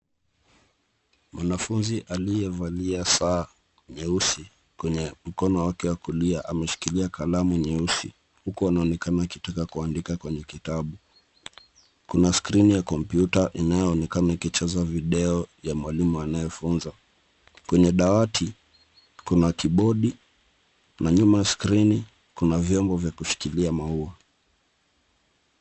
Mwanafunzi aliyevalia saa nyeusi kwenye mkono wake wa kulia, ameshikilia kalamu nyeusi huku akionekana akitaka kuandika kwenye kitabu. Kuna skrini ya kompyuta inayo onyesha video ya mwalimu anayefunza, kwenye dawati kuna kibodi na nyuma skrini kuna vyombo vya kushikilia maua.